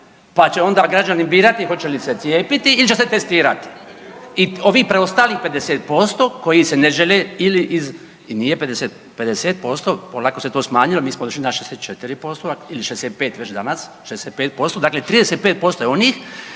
pa će onda građani birati hoće li se cijepiti ili će se testirati. I ovi preostali 50% koji se ne žele ili iz, i nije 50, 50% polako se to smanjilo mi smo došli 64% ili 65 već danas, 65% dakle 35% je onih